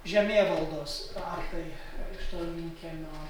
žemėvaldos aktai iš tolminkiemio